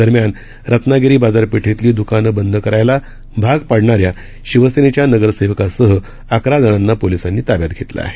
दरम्यान रत्नागिरीबाजारपेठेतलीद्कानबंदकरायलाभागपाडणाऱ्याशिवसेनेच्यानगरसेवकासहअकराजणांनापोलिसां नीताब्यातघेतलंआहे